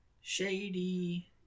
shady